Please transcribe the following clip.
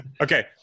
Okay